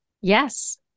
Yes